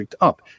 up